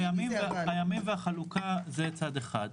הימים והחלוקה זה צד אחד.